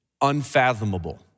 unfathomable